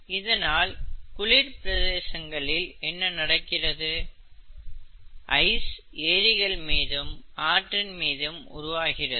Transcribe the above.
இதனால் குளிர் பிரதேசங்களில் என்ன நடக்கிறது ஐஸ் ஏரிகள் மீதும் ஆற்றின் மீதும் உருவாகிறது